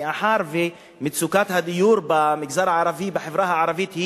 מאחר שמצוקת הדיור במגזר הערבי,